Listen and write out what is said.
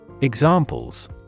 Examples